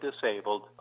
disabled